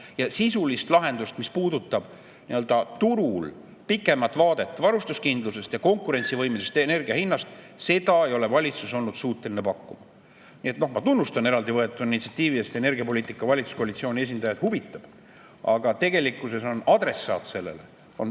ja sisulist lahendust, mis puudutab turul pikemat vaadet varustuskindlusest ja konkurentsivõimelisest energia hinnast, ei ole valitsus olnud suuteline pakkuma. Nii et ma tunnustan eraldi võetuna initsiatiivi eest, et energiapoliitika valitsuskoalitsiooni esindajaid huvitab, aga tegelikkuses on selle